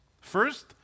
First